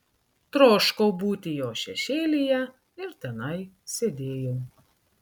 troškau būti jo šešėlyje ir tenai sėdėjau